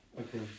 Okay